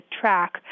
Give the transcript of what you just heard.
track